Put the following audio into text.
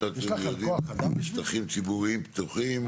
שטחים ציבוריים פתוחים.